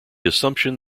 assumption